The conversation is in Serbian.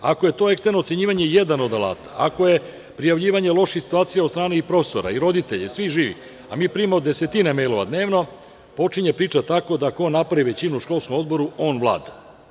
Ako je to eksterno ocenjivanje jedan od alata, ako je prijavljivanje loših situacija od strane profesora i roditelja i svih živih, a mi primamo desetine mejlova dnevno, počinje priča tako da ko napravi većinu u školskom odboru, on vlada.